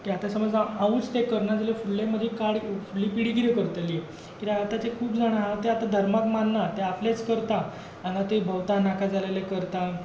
की आतां समज हांवूच तें करना जाल्यार फुडले म्हजे काळ फुडली पिडी कितें करतली कित्याक आतांचे खूब जाण आसा ते आतां धर्माक मान्नात ते आपलेंच करता हांगा थंय भोंवतात नाका जाल्लें करता